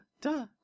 duh